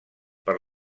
per